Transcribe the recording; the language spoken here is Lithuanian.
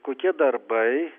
kokie darbai